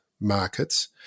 markets